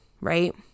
right